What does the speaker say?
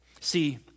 See